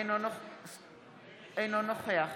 אינו נוכח